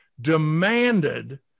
demanded